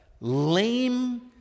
lame